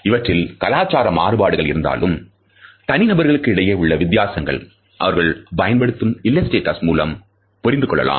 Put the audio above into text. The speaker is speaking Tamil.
இவற்றில் கலாச்சார மாறுபாடுகள் இருந்தாலும் தனி நபர்களுக்கு இடையே உள்ள வித்தியாசங்கள் அவர்கள் பயன்படுத்தும் இல்லஸ்டேட்டஸ் மூலம் புரிந்து கொள்ளலாம்